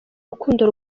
rukundo